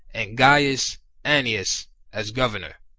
and gaius annius as governor.